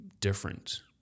different